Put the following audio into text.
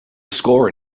score